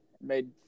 Made